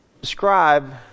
Describe